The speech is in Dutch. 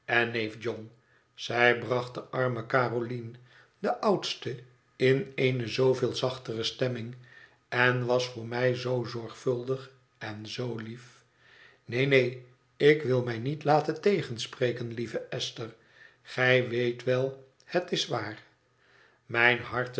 neef john zij bracht de arme caroline de oudste in eene zooveel zachtere stemmin zoo zorgvuldig en zoo lief wil mij niet laten tegenspreken lieve esther gij weet wel het is waar mijn hartelijk